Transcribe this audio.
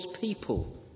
people